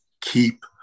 keep